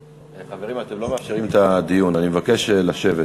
חברים, אתם לא מאפשרים את הדיון, אני מבקש לשבת.